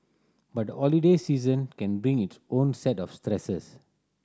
but the holiday season can bring its own set of stresses